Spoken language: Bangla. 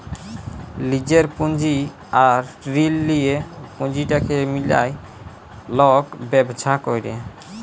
লিজের পুঁজি আর ঋল লিঁয়ে পুঁজিটাকে মিলায় লক ব্যবছা ক্যরে